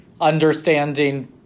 understanding